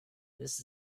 this